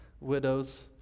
widows